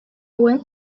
went